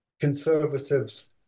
conservatives